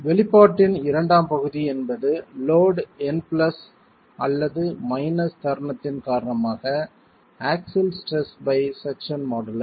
வெளிப்பாட்டின் இரண்டாம் பகுதி என்பது லோட் N பிளஸ் அல்லது மைனஸ் தருணத்தின் காரணமாக axial stress by section modulus